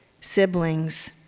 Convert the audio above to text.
siblings